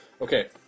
Okay